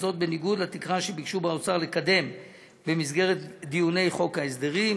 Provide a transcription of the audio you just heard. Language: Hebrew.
וזאת בניגוד לתקרה שביקשו באוצר לקדם במסגרת דיוני חוק ההסדרים,